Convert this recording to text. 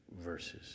verses